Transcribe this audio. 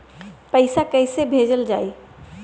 पैसा कैसे भेजल जाइ?